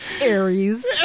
Aries